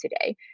today